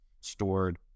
stored